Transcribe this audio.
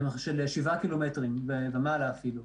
הם של 7 ק"מ ומעלה, אפילו.